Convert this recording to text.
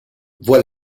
voit